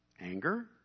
anger